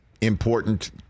important